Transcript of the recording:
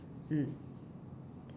mm